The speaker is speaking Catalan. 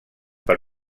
per